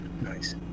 Nice